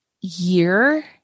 year